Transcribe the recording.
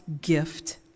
gift